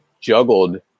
juggled